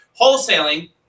wholesaling